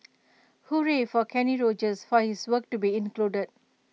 hooray for Kenny Rogers for his work to be included